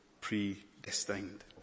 predestined